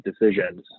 decisions